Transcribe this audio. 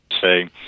say